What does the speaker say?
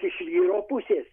iš vyro pusės